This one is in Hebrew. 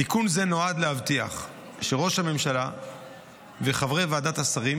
תיקון זה נועד להבטיח שראש הממשלה וחברי ועדת השרים